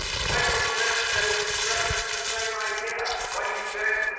wendell phillips gave expression to the same idea when he said,